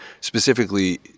specifically